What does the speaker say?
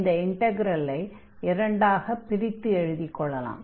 இந்த இன்டக்ரலை இரண்டாகப் பிரித்து எழுதிக் கொள்ளலாம்